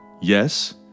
Yes